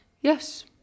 Yes